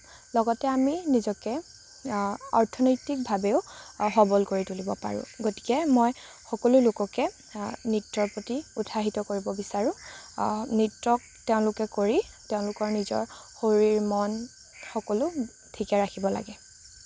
লগতে আমি নিজকে অৰ্থনৈতিকভাৱেও সবল কৰি তুলিব পাৰোঁ গতিকে মই সকলো লোককে নৃত্যৰ প্ৰতি উৎসাহিত কৰিব বিচাৰোঁ নৃত্যক তেওঁলোকে কৰি তেওঁলোকৰ নিজৰ শৰীৰ মন সকলো ঠিকে ৰাখিব লাগে